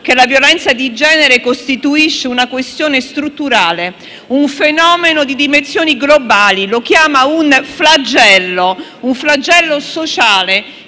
che la violenza di genere costituisce una questione strutturale, un fenomeno di dimensioni globali che definisce un flagello, un flagello sociale